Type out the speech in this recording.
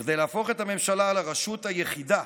כדי להפוך את הממשלה לרשות היחידה,